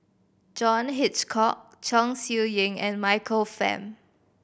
John Hitchcock Chong Siew Ying and Michael Fam